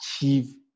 achieve